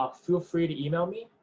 ah feel free to email me.